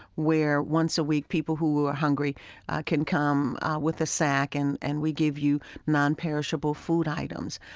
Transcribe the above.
where once a week people who are hungry can come with a sack and and we give you non-perishable food items.